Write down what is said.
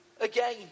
Again